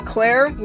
Claire